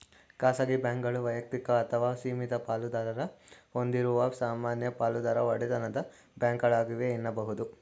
ಖಾಸಗಿ ಬ್ಯಾಂಕ್ಗಳು ವೈಯಕ್ತಿಕ ಅಥವಾ ಸೀಮಿತ ಪಾಲುದಾರ ಹೊಂದಿರುವ ಸಾಮಾನ್ಯ ಪಾಲುದಾರ ಒಡೆತನದ ಬ್ಯಾಂಕ್ಗಳಾಗಿವೆ ಎನ್ನುಬಹುದು